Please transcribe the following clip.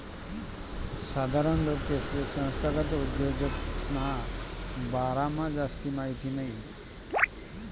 साधारण लोकेसले संस्थागत उद्योजकसना बारामा जास्ती माहिती नयी